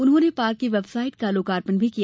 उन्होंने पार्क की वेबसाइट का लोकार्पण किया